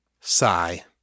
Sigh